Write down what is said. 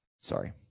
Sorry